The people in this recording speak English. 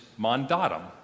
mandatum